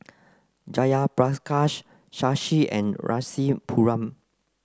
Jayaprakash Shashi and Rasipuram